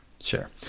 Sure